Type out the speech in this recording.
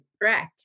Correct